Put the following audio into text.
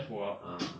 uh